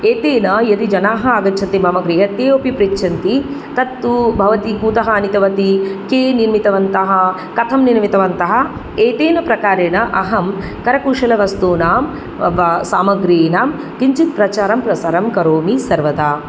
एतेन यदि जनाः आगच्छन्ति मम गृहे ते अपि पृच्छन्ति तत्तु भवती कुतः आनीतवती के निर्मितवन्तः कथं निर्मितवन्तः एतेन प्रकारेण अहं करकुशलवस्तूनां सामग्रीनां किञ्जित् प्रचारं प्रसारं करोमि सर्वदा